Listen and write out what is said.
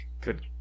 Good